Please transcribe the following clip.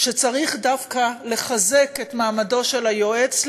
שצריך דווקא לחזק את מעמדו של היועץ,